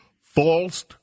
false